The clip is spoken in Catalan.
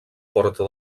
porta